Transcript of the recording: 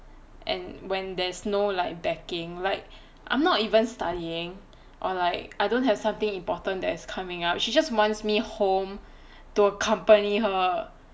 and when there's no like backing like I'm not even studying or like I don't have something important that is coming up she just wants me home to accompany her